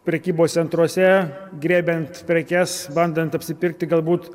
prekybos centruose griebiant prekes bandant apsipirkti galbūt